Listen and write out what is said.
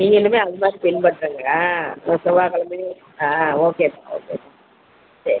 நீங்களுமே அந்த மாதிரி பின்பற்றுங்க இந்த செவ்வாய் கிழமை ஆ ஓகே ஓகே சரி